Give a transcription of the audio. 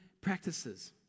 practices